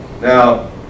Now